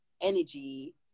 energy